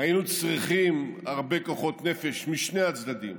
"היינו זקוקים להרבה כוחות נפש, משני הצדדים,